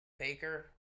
Baker